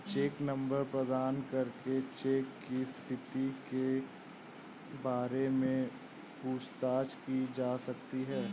check number प्रदान करके cheque की स्थिति के बारे में पूछताछ की जा सकती है